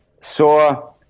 saw